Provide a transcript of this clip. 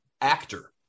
actor